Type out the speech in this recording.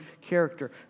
character